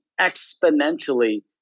exponentially